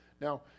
now